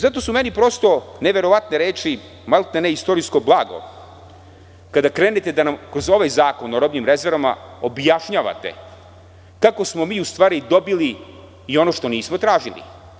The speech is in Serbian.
Zato su meni neverovatne reči, maltene istorijsko blago, kada krenete da nam kroz ovaj zakon o robnim rezervama objašnjavate kako smo u stvari dobili ono što nismo tražili.